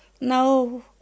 No